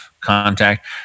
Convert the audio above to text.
contact